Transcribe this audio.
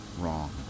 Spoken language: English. wrong